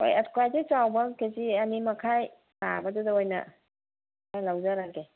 ꯍꯣꯏ ꯈ꯭ꯋꯥꯏꯗꯒꯤ ꯆꯥꯎꯕ ꯀꯦ ꯖꯤ ꯑꯅꯤꯃꯈꯥꯏ ꯇꯥꯕꯗꯨꯗ ꯑꯣꯏꯅ ꯈꯔ ꯂꯧꯖꯔꯒꯦ